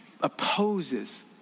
opposes